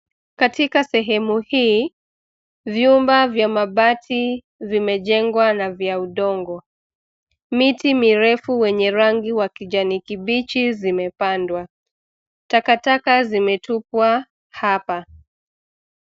Katika sehemu hii vyumba vya mabati vimejengwa na vya udongo. Miti mirefu wenye rangi wa kijani kibichi zimepandwa. Takataka zimetupwa hapa.